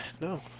No